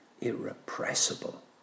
irrepressible